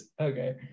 Okay